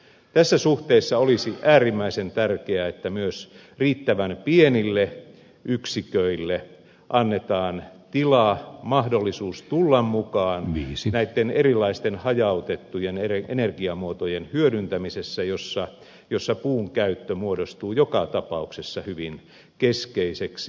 tässä suhteessa olisi äärimmäisen tärkeää että myös riittävän pienille yksiköille annetaan tilaa mahdollisuus tulla mukaan näitten erilaisten hajautettujen energiamuotojen hyödyntämisessä jossa puun käyttö muodostuu joka tapauksessa hyvin keskeiseksi